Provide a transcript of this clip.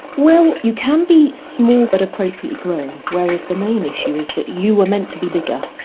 well, you can be small but appropriately grown, whereas the main issue is that you were meant to be bigger,